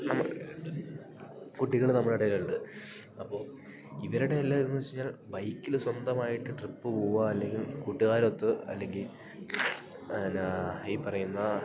നമ്മുടെ കുട്ടികള് നമ്മുടെ ഇടയിലുണ്ട് അപ്പോൾ ഇവരുടെ എല്ലാം ഇതെന്ന് വെച്ച് കഴിഞ്ഞാൽ ബൈക്കില് സ്വന്തമായിട്ട് ട്രിപ്പ് പോകുക അല്ലെങ്കിൽ കൂട്ടുകാരൊത്ത് അല്ലെങ്കിൽ എന്നാൽ ഈ പറയുന്ന